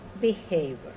behavior